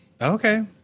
Okay